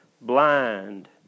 blind